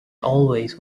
always